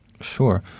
Sure